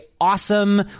awesome